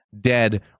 dead